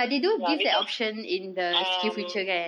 ya because um